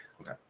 Okay